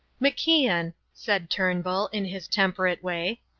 macian said turnbull, in his temperate way,